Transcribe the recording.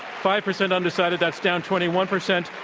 five percent undecided. that's down twenty one percent.